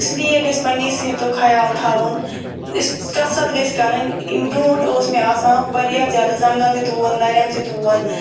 اِسلیے گژھِ پنٛنی صحتُک خیال تھاوُن کثرت گژھِ کرٕنۍ اَمہِ برٛونٛٹھ اوس مےٚ آسان واریاہ زیادٕ زنٛگن تہِ دود نرٮ۪ن تہِ دود